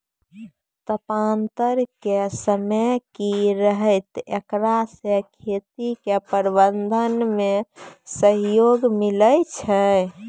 तापान्तर के समय की रहतै एकरा से खेती के प्रबंधन मे सहयोग मिलैय छैय?